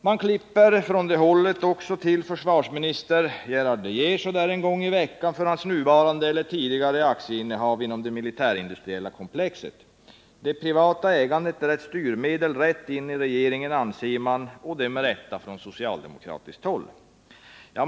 Man klipper från det hållet också till försvarsminister Lars De Geer så där en gång i veckan på grund av hans nuvarande eller tidigare aktieinnehav inom det militärindustriella komplexet. Det privata ägandet är ett styrmedel rätt in i regeringen anser man med rätta på socialdemokratiskt håll.